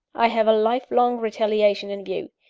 i have a lifelong retaliation in view,